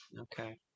Okay